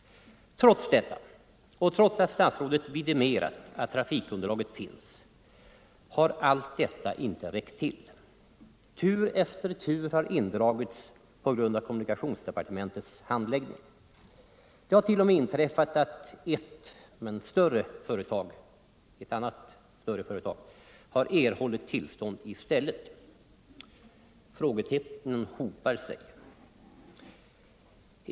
Men detta och det faktum att statsrådet vidimerat att trafikunderlaget finns, har ändå inte räckt till. Tur efter tur har indragits på grund av kommunikationsdepartementets handläggning av ärendet. Det hart.o.m. inträffat att ett annat, större företag erhållit tillstånd i stället. Frågetecknen hopar sig!